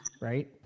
right